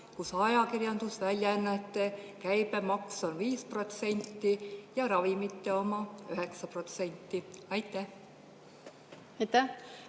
kus ajakirjandusväljaannete käibemaks on 5% ja ravimite oma 9%? Aitäh,